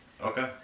Okay